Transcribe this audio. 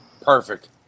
Perfect